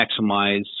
maximize